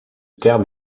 terme